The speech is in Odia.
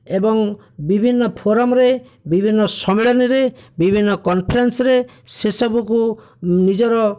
ଏବଂ ବିଭିନ୍ନ ଫୋରମରେ ବିଭିନ୍ନ ସମ୍ମିଳନୀରେ ବିଭିନ୍ନ କନଫରେନ୍ସରେ ସେ ସବୁକୁ ନିଜର